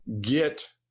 get